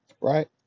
right